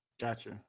Gotcha